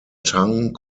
tang